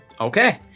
Okay